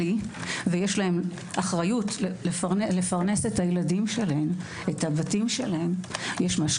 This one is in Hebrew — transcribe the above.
אני מקווה שהגורמים הרלוונטיים מבינים שיושבת פה מורה שהיא נמצאת שם